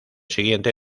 siguiente